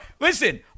Listen